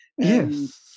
Yes